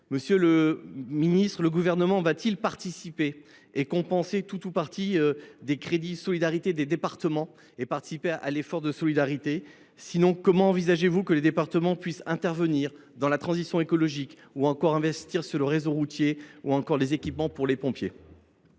Monsieur le ministre, le Gouvernement va t il participer et compenser tout ou partie des pertes de ressources des départements et participer à l’effort de solidarité ? Sinon, comment envisager que les départements puissent investir dans la transition écologique, sur le réseau routier ou dans les équipements destinés aux pompiers ?